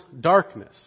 darkness